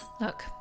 Look